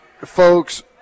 folks